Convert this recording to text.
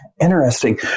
Interesting